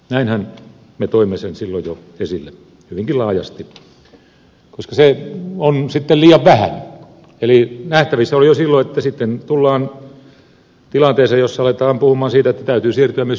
näinhän me toimme sen silloin jo esille hyvinkin laajasti koska se on sitten liian vähän eli nähtävissä oli jo silloin että sitten tullaan tilanteeseen jossa aletaan puhua siitä että täytyy siirtyä myös yhteiseen talouspolitiikkaan